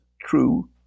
true